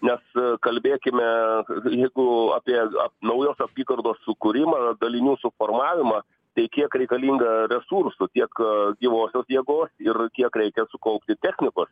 nes kalbėkime jeigu apie naujos apygardos sukūrimą dalinių suformavimą tai kiek reikalinga resursų tiek gyvosios jėgos ir kiek reikia sukaupti technikos